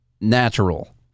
natural